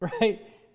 Right